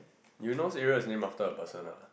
Eunos area is named after a person ah